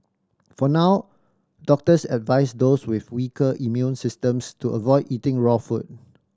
for now doctors advise those with weaker immune systems to avoid eating raw food